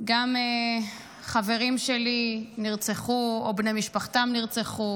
גם חברים שלי נרצחו או בני משפחתם נרצחו,